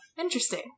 Interesting